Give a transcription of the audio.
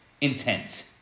intent